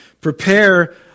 Prepare